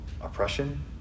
oppression